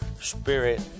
spirit